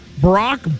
Brock